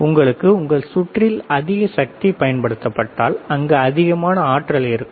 உங்களுக்கு உங்கள் சுற்றில் அதிக சக்தி பயன்படுத்தப்பட்டால் அங்கு அதிகமான ஆற்றல் இருக்கும்